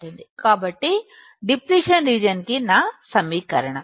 కాబట్టి depletion region కొరకు నా సమీకరణం